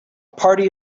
party